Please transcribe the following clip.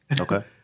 Okay